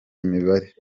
imibare